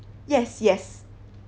yes yes